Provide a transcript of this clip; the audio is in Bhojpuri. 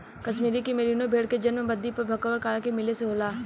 कश्मीर के मेरीनो भेड़ के जन्म भद्दी आ भकरवाल के मिले से होला